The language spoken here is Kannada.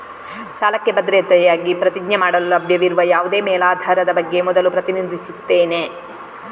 ಸಾಲಕ್ಕೆ ಭದ್ರತೆಯಾಗಿ ಪ್ರತಿಜ್ಞೆ ಮಾಡಲು ಲಭ್ಯವಿರುವ ಯಾವುದೇ ಮೇಲಾಧಾರದ ಬಗ್ಗೆ ಮೊದಲು ಪ್ರತಿನಿಧಿಸುತ್ತಾನೆ